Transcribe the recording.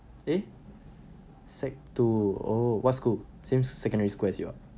eh sec two oh what school same secondary school as you ah